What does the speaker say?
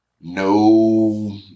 no